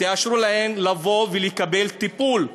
תאשרו להן לבוא ולקבל טיפול.